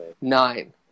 nine